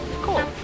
Cool